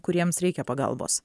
kuriems reikia pagalbos